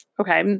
Okay